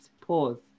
pause